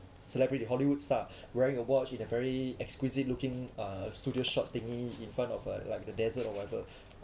celebrity hollywood star wearing a watch in a very exquisite looking uh studios short thingy in front of a like the desert or whatever